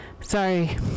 Sorry